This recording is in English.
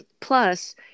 plus